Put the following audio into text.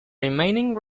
remaining